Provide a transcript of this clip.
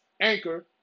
Anchor